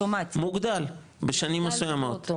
בשנים מסוימות.